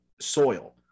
soil